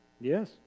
Yes